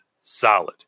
solid